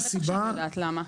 בטח שאני יודעת למה.